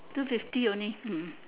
two fifty only hmm